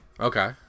Okay